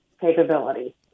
capability